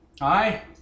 Hi